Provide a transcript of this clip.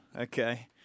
Okay